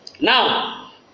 Now